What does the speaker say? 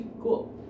Cool